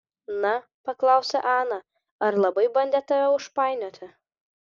na paklausė ana ar labai bandė tave užpainioti